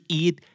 eat